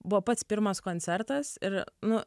buvo pats pirmas koncertas ir nu